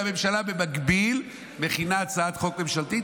ובמקביל הממשלה מכינה הצעת חוק ממשלתית,